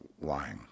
lying